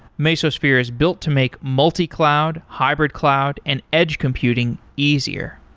mesosphere is built to make multi-cloud, hybrid-cloud and edge computing easier.